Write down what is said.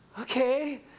okay